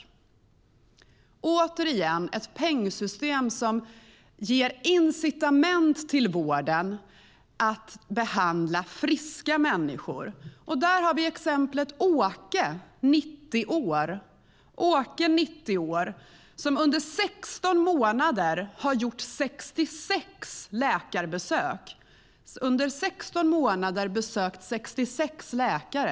Det handlar återigen om ett pengsystem som ger vården incitament att behandla friska människor. Vi kan ta Åke, 90 år, som exempel. Han har under 16 månader besökt 66 läkare.